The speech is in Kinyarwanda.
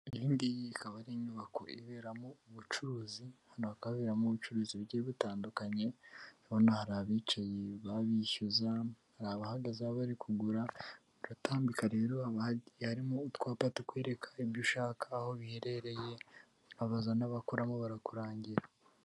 Iyi ngiyi ikaba ari inyubako iberamo ubucuruzi, hano hakaba haberamo ubucuruzi bugiye butandukanye, urabona hari abicaye baba bishyuza, hari abahagaze bari kugura, uratambika rero haba harimo utwapa tukwereka ibyo ushaka aho biherereye, abaza n'abakoramo barakurangira.